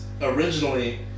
originally